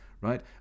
right